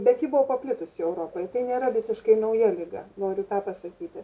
bet ji buvo paplitusi europoj tai nėra visiškai nauja liga noriu tą pasakyti